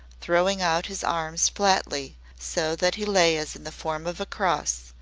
throwing out his arms flatly, so that he lay as in the form of a cross,